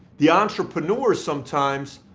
the entrepreneur sometimes